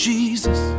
Jesus